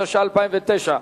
התש"ע 2009,